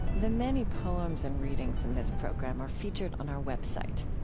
the many poems and readings in this program are featured on our web site.